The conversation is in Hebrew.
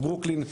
ברוקלין.